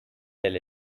tell